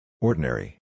Ordinary